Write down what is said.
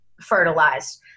fertilized